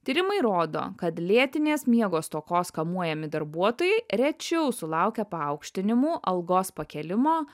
tyrimai rodo kad lėtinės miego stokos kamuojami darbuotojai rečiau sulaukia paaukštinimų algos pakėlimo